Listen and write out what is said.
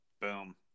Boom